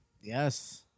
Yes